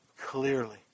clearly